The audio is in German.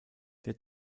der